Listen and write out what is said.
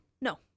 no